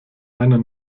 einer